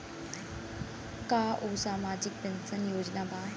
का उ सामाजिक पेंशन योजना बा?